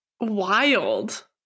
wild